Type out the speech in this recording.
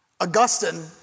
Augustine